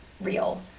real